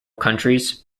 countries